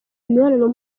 imibonano